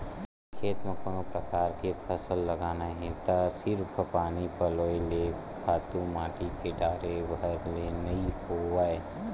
खेत म कोनो परकार के फसल लगाना हे त सिरिफ पानी पलोय ले, खातू माटी के डारे भर ले नइ होवय